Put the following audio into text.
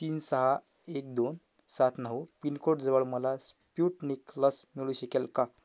तीन सहा एक दोन सात नऊ पिनकोडजवळ मला स्प्युटनिक लस मिळू शकेल का